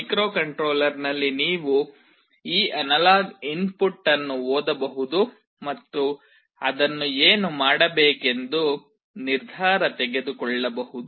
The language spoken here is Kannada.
ಮೈಕ್ರೊಕಂಟ್ರೋಲರ್ನಲ್ಲಿ ನೀವು ಈ ಅನಲಾಗ್ ಇನ್ಪುಟ್ ಅನ್ನು ಓದಬಹುದು ಮತ್ತು ಅದನ್ನು ಏನು ಮಾಡಬೇಕೆಂದು ನಿರ್ಧಾರ ತೆಗೆದುಕೊಳ್ಳಬಹುದು